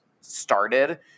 started